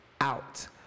out